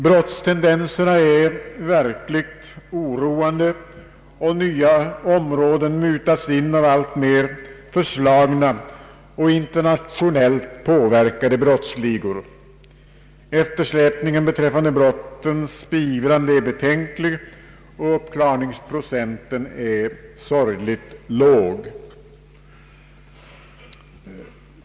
Brottstendenserna är verkligt oroande, Nya områden mutas in av alltmer förslagna och internationellt påverkade brottsligor. Eftersläpningen beträffande brottens beivrande är betänklig, och uppklarningsprocenten är sorgligt låg.